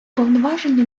повноваження